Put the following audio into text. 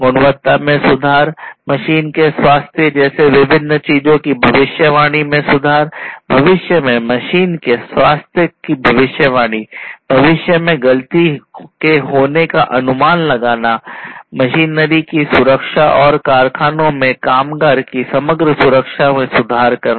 गुणवत्ता में सुधार मशीन के स्वास्थ्य जैसे विभिन्न चीजों की भविष्यवाणी में सुधार भविष्य में मशीन का स्वास्थ्य की भविष्यवाणी भविष्य में गलती के होने का अनुमान लगाना मशीनरी की सुरक्षा और कारखानों में कामगार की समग्र सुरक्षा में सुधार करना